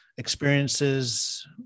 Experiences